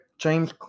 James